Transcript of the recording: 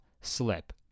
slip